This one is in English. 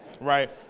right